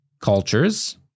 cultures